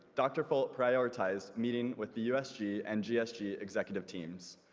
dr. folt prioritized meeting with the usg and gsg executive teams,